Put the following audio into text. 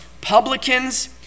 publicans